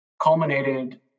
culminated